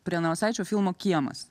prie navasaičio filmo kiemas